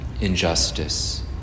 injustice